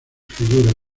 figuras